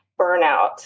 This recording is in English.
burnout